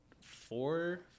four